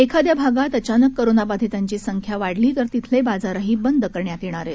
एखाद्या भागात अचानक कोरोनाबाधितांची संख्या वाढल्यास तिथले बाजारही बंद करण्यात येणार आहेत